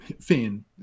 fan